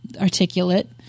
articulate